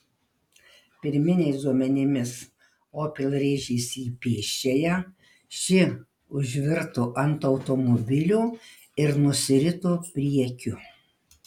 pirminiais duomenimis opel rėžėsi į pėsčiąją ši užvirto ant automobilio ir nusirito priekiu